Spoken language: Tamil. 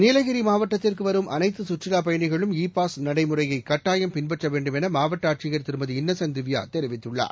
நீலகிரி பயணிகுளம் மாவட்டத்திற்கு வரும் அனைத்து சுற்றுவா இ பாஸ் நடைமுறையை கட்டாயம் பின்பற்ற வேண்டும் என மாவட்ட ஆட்சியர் திருமதி இன்னசென்ட் திவ்யா தெரிவித்துள்ளார்